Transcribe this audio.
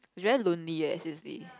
is very lonely eh seriously